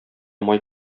май